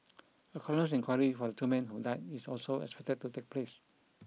a coroner's inquiry for the two men who died is also expected to take place